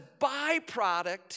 byproduct